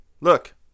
Look